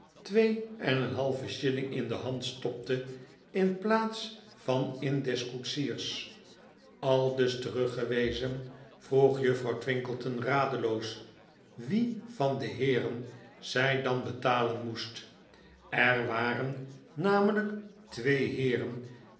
twee en een halven shilling in de hand stopte in plaats van in die des koetsiers aldus teruggewezen vroeg juffrouw twinkleton radeloos wie van de heeren zij dan betalen moest er waren namelyk twee heeren